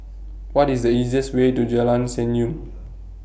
What IS The easiest Way to Jalan Senyum